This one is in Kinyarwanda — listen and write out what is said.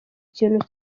kintu